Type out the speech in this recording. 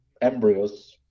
embryos